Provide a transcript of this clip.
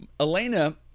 Elena